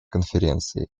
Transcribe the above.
конференции